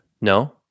no